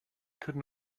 could